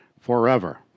forever